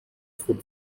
foot